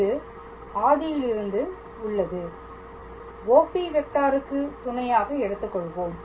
இது ஆதியிலிருந்து உள்ளது OP வெக்டாருக்கு துணையாக எடுத்துக்கொள்வோம்